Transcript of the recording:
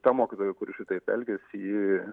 ta mokytoja kuri šitaip elgėsi ji